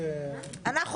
(הישיבה נפסקה בשעה 11:40 ונתחדשה בשעה 11:41.) אנחנו